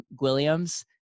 Williams